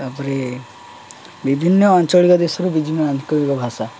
ତାପରେ ବିଭିନ୍ନ ଆଞ୍ଚଳିକ ଦେଶରୁ ବିଭିନ୍ନ ଆଞ୍ଚଳିକ ଭାଷା